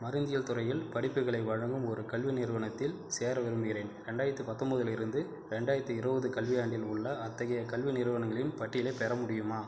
மருந்தியல் துறையில் படிப்புகளை வழங்கும் ஒரு கல்வி நிறுவனத்தில் சேர விரும்புகிறேன் ரெண்டாயிரத்தி பத்தொன்பதிலிருந்து ரெண்டாயிரத்து இருபது கல்வியாண்டில் உள்ள அத்தகைய கல்வி நிறுவனங்களின் பட்டியலைப் பெற முடியுமா